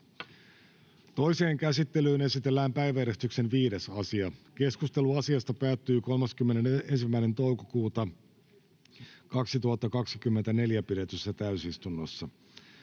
Toiseen käsittelyyn esitellään päiväjärjestyksen 5. asia. Keskustelu asiasta päättyi 31.5.2024 pidetyssä täysistunnossa.